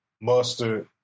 Mustard